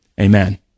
Amen